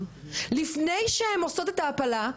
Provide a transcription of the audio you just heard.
לפני שהן עושות את ההפלה,